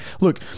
look